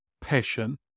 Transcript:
passion